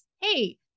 Hey